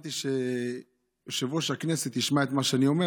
תכננתי שיושב-ראש הכנסת ישמע את מה שאני אומר,